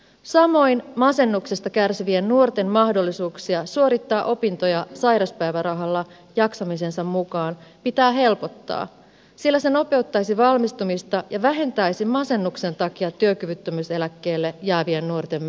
samoin masennuksesta kärsivien nuorten mahdollisuuksia suorittaa opintoja sairauspäivärahalla jaksamisensa mukaan pitää helpottaa sillä se nopeuttaisi valmistumista ja vähentäisi masennuksen takia työkyvyttömyyseläkkeelle jäävien nuorten määrää